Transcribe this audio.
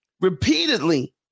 repeatedly